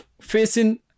facing